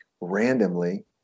randomly